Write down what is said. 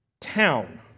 town